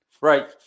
Right